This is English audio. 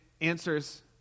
answers